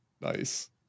nice